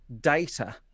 data